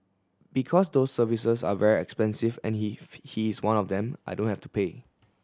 because those services are very expensive and he he is one of them I don't have to pay